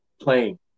playing